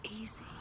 easy